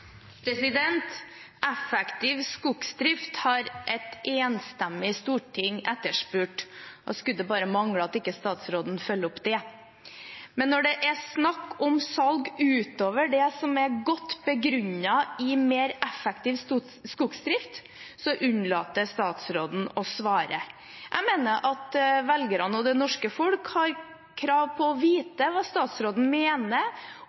Effektiv skogsdrift har et enstemmig storting etterspurt. Da skulle det bare mangle at ikke statsråden følger opp det. Men når det er snakk om salg utover det som er godt begrunnet i mer effektiv skogsdrift, unnlater statsråden å svare. Jeg mener at velgerne og det norske folk har krav på å få vite hva statsråden mener